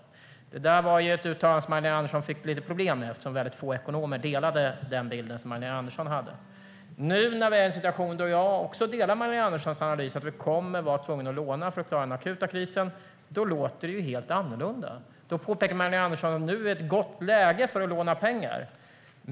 Det var ett uttalande som Magdalena Andersson fick lite problem med eftersom väldigt få ekonomer delade den bild som Magdalena Andersson hade. Jag delar Magdalena Anderssons analys att vi nu är i en situation där vi kommer att vara tvungna att låna för att klara den akuta krisen. Då låter det helt annorlunda. Då påpekar Magdalena Andersson att det är ett gott läge att låna pengar.